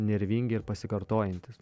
nervingi ir pasikartojantys